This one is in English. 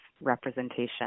representation